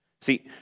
See